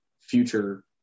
future